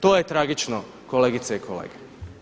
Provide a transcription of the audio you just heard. To je tragično kolegice i kolege.